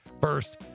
First